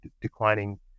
declining